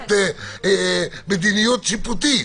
ראיית מדיניות שיפוטית.